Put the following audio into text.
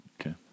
Okay